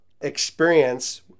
experience